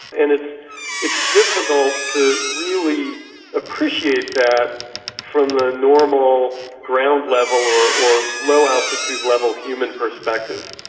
and it's it's difficult to really appreciate that from the normal ground level or or low altitude level human perspective.